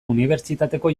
unibertsitateko